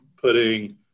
putting